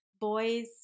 boys